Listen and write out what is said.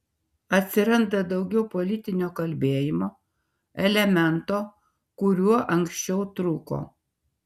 atsiranda daugiau politinio kalbėjimo elemento kuriuo anksčiau trūko